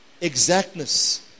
exactness